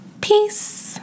peace